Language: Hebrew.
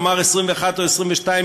נאמר 21 או 22,